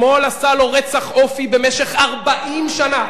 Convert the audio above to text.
השמאל עשה לו רצח אופי במשך 40 שנה,